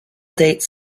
dates